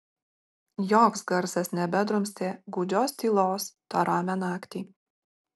joks garsas nebedrumstė gūdžios tylos tą ramią naktį